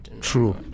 true